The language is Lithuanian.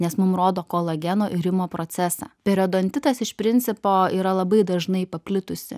nes mum rodo kolageno irimo procesą periodontitas iš principo yra labai dažnai paplitusi